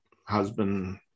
husband